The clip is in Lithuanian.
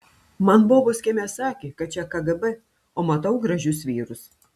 man bobos kieme sakė kad čia kgb o matau gražius vyrus